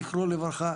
זכרו לברכה,